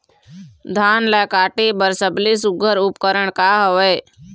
धान ला काटे बर सबले सुघ्घर उपकरण का हवए?